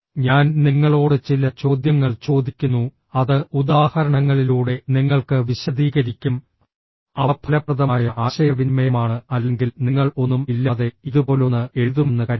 ഞാൻ നിങ്ങളോട് ചില ചോദ്യങ്ങൾ ചോദിക്കുന്നു അത് ഉദാഹരണങ്ങളിലൂടെ നിങ്ങൾക്ക് വിശദീകരിക്കും അവ ഫലപ്രദമായ ആശയവിനിമയമാണ് അല്ലെങ്കിൽ നിങ്ങൾ ഒന്നും ഇല്ലാതെ ഇതുപോലൊന്ന് എഴുതുമെന്ന് കരുതരുത്